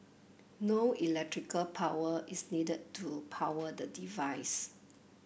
no electrical power is needed to power the device